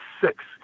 six